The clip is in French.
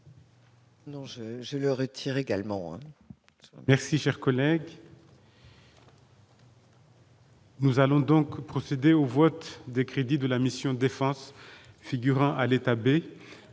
je le retire également.